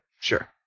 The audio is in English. Sure